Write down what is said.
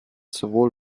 sowohl